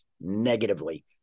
negatively